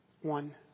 one